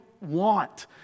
want